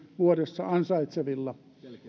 vuodessa ansaitsevilla